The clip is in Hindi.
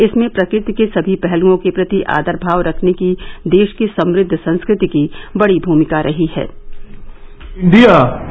इसमें प्रकृति के सभी पहलुओं के प्रति आदर भाव रखने की देश की समृद्ध संस्कृति की बड़ी भूमिका रही है